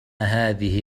هذه